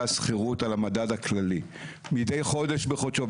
השכירות על המדד הכללי מידי חודש בחודשו,